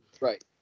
right